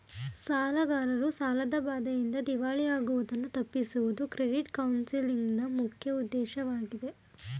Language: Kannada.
ಸಾಲಗಾರರು ಸಾಲದ ಬಾಧೆಯಿಂದ ದಿವಾಳಿ ಆಗುವುದನ್ನು ತಪ್ಪಿಸುವುದು ಕ್ರೆಡಿಟ್ ಕೌನ್ಸಲಿಂಗ್ ನ ಮುಖ್ಯ ಉದ್ದೇಶವಾಗಿದೆ